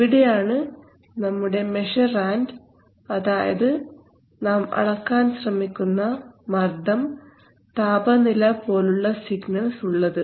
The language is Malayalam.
ഇവിടെയാണ് നമ്മുടെ മെഷറാൻഡ് അതായത് നാം അളക്കാൻ ശ്രമിക്കുന്ന മർദ്ദം താപനില പോലെയുള്ള സിഗ്നൽസ് ഉള്ളത്